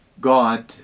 God